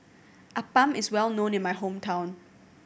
appam is well known in my hometown